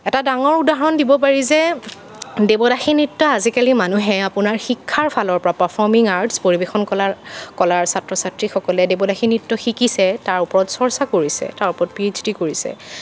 এটা ডাঙৰ উদাহৰণ দিব পাৰি যে দেৱদাসী নৃত্য আজিকালি মানুহে আপোনাৰ শিক্ষাৰ ফালৰ পৰা পাফৰ্মিং আৰ্টছ পৰিৱেশন কলাৰ কলাৰ ছাত্ৰ ছাত্ৰীসকলে দেৱদাসী নৃত্য শিকিছে তাৰ ওপৰত চৰ্চা কৰিছে তাৰ ওপৰত পি এইছ ডি কৰিছে